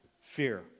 fear